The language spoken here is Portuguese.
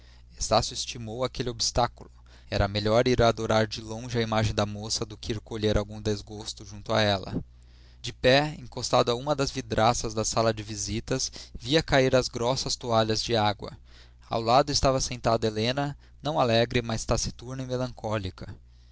estácio estimou aquele obstáculo era melhor adorar de longe a imagem da moça do que ir colher algum desgosto junto a ela de pé encostado a uma das vidraças da sala de visitas via cair as grossas toalhas de água ao lado estava sentada helena não alegre mas taciturna e melancólica